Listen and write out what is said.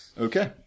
Okay